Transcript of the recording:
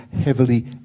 heavily